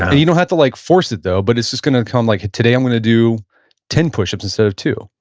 and you know have to like force it, though, but it's just going to come, like today, i'm going to do ten push-ups instead of two.